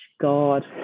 god